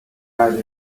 arrive